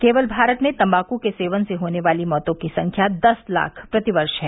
केवल भारत में तम्बाकू के सेवन से होने वाली मौतों की संख्या दस लाख प्रतिवर्ष है